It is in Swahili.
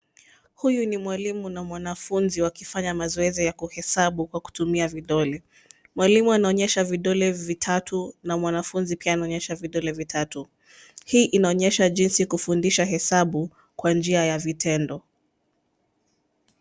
Huyu ni mwalimu na mwanafunzi wakifanya mazoezi ya kuhesabu kwa kutumia vidole. Mwalimu anaonyesha vidole vitatu na mwanafunzi pia anaonyesha vidole vitatu. Hii inaonyesha jinsi kufundisha hesabu kwa njia ya vitendo.